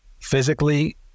physically